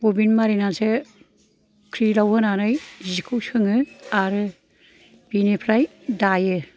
बबिन मारिनानैसो ख्रिल आव होनानै जिखौ सोङो आरो बेनिफ्राय दायो